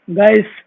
guys